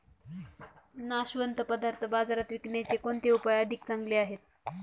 नाशवंत पदार्थ बाजारात विकण्याचे कोणते उपाय अधिक चांगले आहेत?